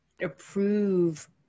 approve